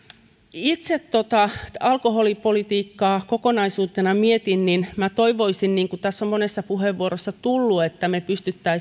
itse alkoholipolitiikkaa kokonaisuutena mietin niin minä toivoisin niin kuin tässä on monessa puheenvuorossa tullut että me pystyisimme